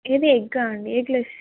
ఏది ఎగ్గా అండి ఏగ్లెస్